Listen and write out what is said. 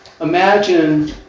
imagine